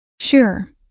Sure